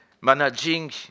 managing